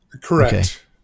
Correct